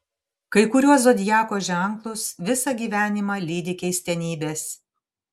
kai kuriuos zodiako ženklus visą gyvenimą lydi keistenybės